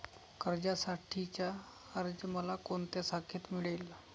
कर्जासाठीचा अर्ज मला कोणत्या शाखेत मिळेल?